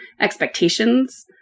expectations